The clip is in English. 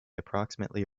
approximately